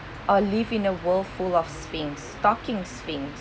or live in a world full of sphinx talking sphinx